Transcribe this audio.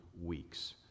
weeks